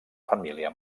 família